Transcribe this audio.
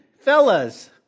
fellas